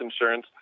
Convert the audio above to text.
insurance